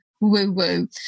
woo-woo